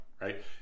right